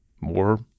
more